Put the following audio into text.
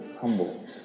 humble